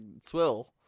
swill